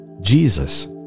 Jesus